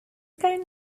kind